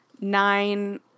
nine